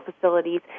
facilities